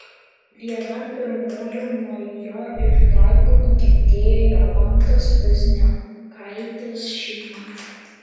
viena pirmųjų nuo jo išdaigų nukentėjo jolantos pazniokaitės šeima